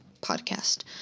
podcast